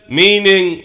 meaning